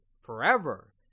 forever